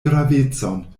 gravecon